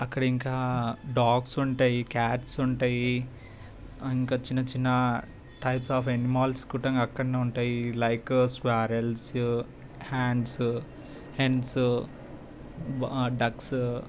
అక్కడ ఇంకా డాగ్స్ ఉంటాయి క్యాట్స్ ఉంటాయి ఇంకా చిన్న చిన్న టైప్స్ ఆఫ్ ఎనిమల్స్ కూడంగా అక్కడనే ఉంటాయి like squirrels hounds hens ducks